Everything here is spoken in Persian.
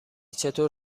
چطور